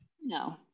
no